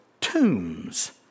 tombs